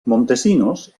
montesinos